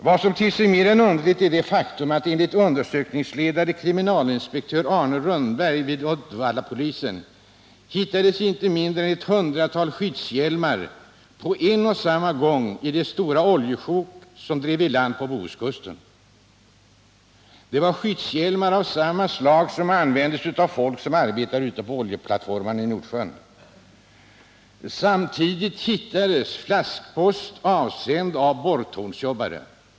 Vad som ter sig mer än underligt är det faktum att enligt undersökningsledaren, kriminalinspektör Arne Rönnberg vid Uddevallapolisen, hittades inte mindre än ett hundratal skyddshjälmar på en och samma gång i de stora oljesjok som drev i land på Bohuskusten. Det var skyddshjälmar av samma slag som används av folk som arbetar ute på oljeplattformarna i Nordsjön. Samtidigt hittades flaskpost, avsänd av borrtornsjobbare.